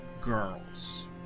girls